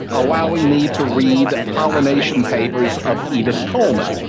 allowing me to read pollination papers of edith coleman.